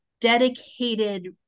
dedicated